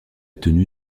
tenue